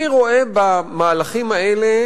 אני רואה במהלכים האלה